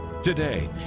Today